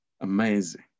Amazing